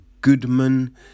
Goodman